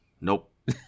Nope